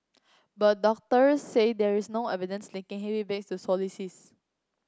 but doctors say there is no evidence linking heavy bags to scoliosis